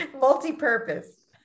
Multi-purpose